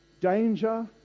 danger